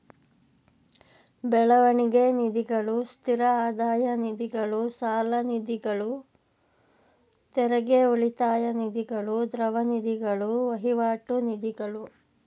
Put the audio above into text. ಬೆಳವಣಿಗೆ ನಿಧಿಗಳು, ಸ್ಥಿರ ಆದಾಯ ನಿಧಿಗಳು, ಸಾಲನಿಧಿಗಳು, ತೆರಿಗೆ ಉಳಿತಾಯ ನಿಧಿಗಳು, ದ್ರವ ನಿಧಿಗಳು, ವಹಿವಾಟು ನಿಧಿಗಳು